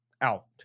out